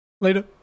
Later